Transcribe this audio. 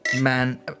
man